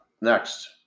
Next